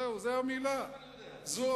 זו המלה.